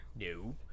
No